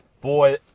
Boy